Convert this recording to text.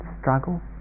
struggle